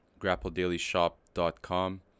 grappledailyshop.com